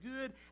good